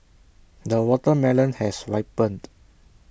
the watermelon has ripened